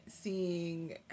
seeing